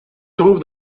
trouve